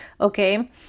okay